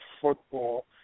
football